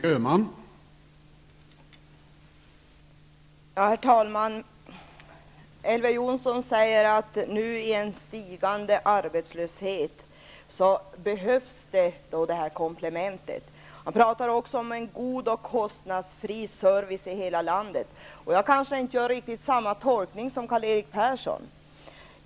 Herr talman! Elver Jonsson säger att detta komplement behövs nu när arbetslösheten ökar. Han talar också om en god och kostnadsfri service i hela landet. Jag kanske inte gör riktigt samma tolkning som Karl-Erik Persson.